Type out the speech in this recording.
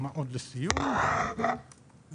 לסיום,